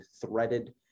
threaded